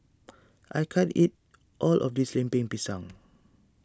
I can't eat all of this Lemper Pisang